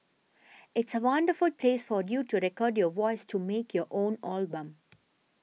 it's a wonderful place for you to record your voice to make your own album